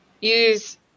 use